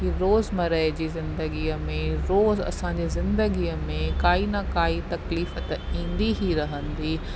की रोज़मरह जी ज़िंदगीअ में रोज़ु असांजे ज़िंदगीअ में काई न काई तकलीफ़ त ईंदी ही रहंदी